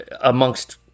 amongst